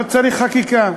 לא צריך חקיקה.